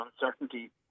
uncertainty